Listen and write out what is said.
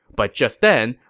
but just then,